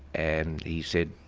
and he said,